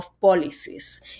policies